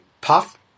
puff